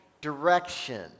direction